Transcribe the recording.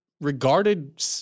regarded